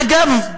אגב,